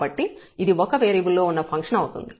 కాబట్టి ఇది ఒక వేరియబుల్ లో వున్న ఫంక్షన్ అవుతుంది